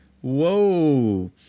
Whoa